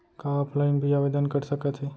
का ऑफलाइन भी आवदेन कर सकत हे?